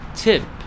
tip